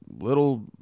little